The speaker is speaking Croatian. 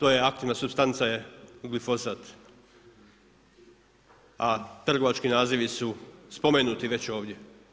Aktivna supstanca je glifosat a trgovački nazivi su spomenuti već ovdje.